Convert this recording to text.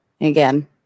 Again